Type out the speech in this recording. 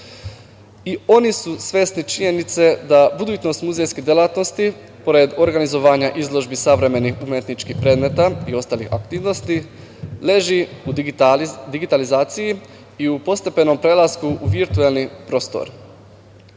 oni su svesni činjenice da budućnost muzejske delatnosti, pored organizovanja izložbi savremenih umetničkih predmeta i ostalih aktivnosti, leži u digitalizaciji i u postepenom prelasku u virtuelni prostor.